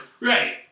Right